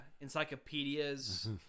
encyclopedias